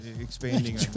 expanding